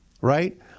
right